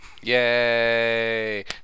Yay